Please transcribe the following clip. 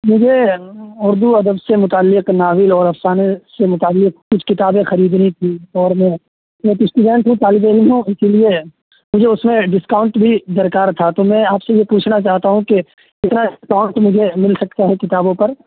مجھے اردو ادب سے متعلق ناول اور افسانے سے متعلق کچھ کتابیں خریدنی تھی اور میں ایک اسٹوڈینٹ ہوں طالب علم ہوں اسی لیے مجھے اس میں ڈسکاؤنٹ بھی درکار تھا تو میں آپ سے یہ پوچھنا چاہتا ہوں کہ کتنا ڈسکاؤنٹ مجھے مل سکتا ہے کتابوں پر